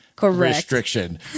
Restriction